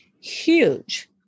huge